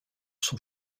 son